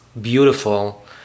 beautiful